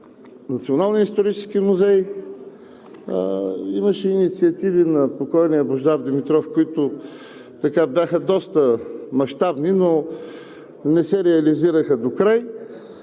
Националния исторически музей, имаше инициативи на покойния Божидар Димитров, които бяха доста мащабни, но не се реализираха докрай.